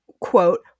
quote